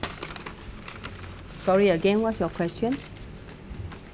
sorry again what's your question